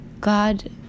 God